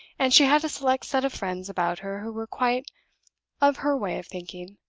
and she had a select set of friends about her who were quite of her way of thinking.